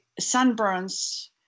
sunburns